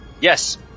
Yes